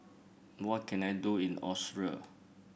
what can I do in Austria